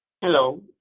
Hello